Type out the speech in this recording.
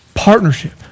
partnership